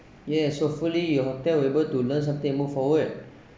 yes hopefully your hotel will able to learn something and move forward